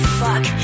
fuck